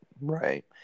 Right